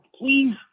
please